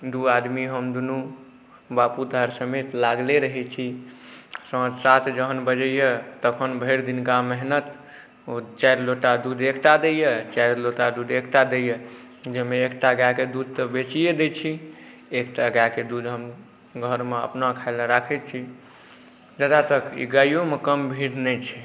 दुइ आदमी हम दुनू बापुत हर समय लागले रहै छी सात जहन बजैए तखन भरि दिनका मेहनति चारि लोटा दूध एकटा दैए चारि लोटा दूध एकटा दैए जाहिमे एकटा गाइके दूध तऽ बेचिए दै छी एकटा गायके दूध हम घरमे अपना खाइलए राखै छी जहाँ तक ई गाइओमे कम भीड़ नहि छै